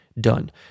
done